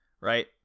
right